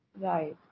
Right